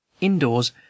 Indoors